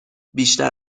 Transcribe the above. بیشتر